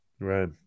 right